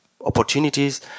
opportunities